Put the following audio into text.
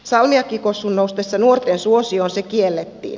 salmiakkikossun noustessa nuorten suosioon se kiellettiin